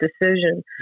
decision